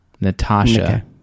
Natasha